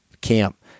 camp